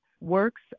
works